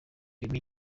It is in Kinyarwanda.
remy